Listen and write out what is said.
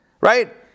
Right